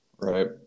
Right